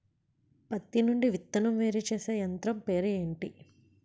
పత్తి నుండి విత్తనం వేరుచేసే యంత్రం పేరు ఏంటి